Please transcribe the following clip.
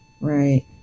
right